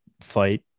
fight